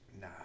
Nah